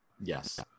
Yes